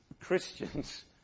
Christians